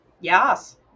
Yes